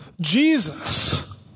Jesus